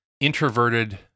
introverted